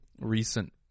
recent